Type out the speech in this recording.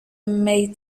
may